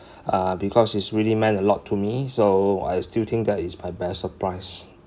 uh because it really meant a lot to me so I still think that is my best surprise